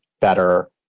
better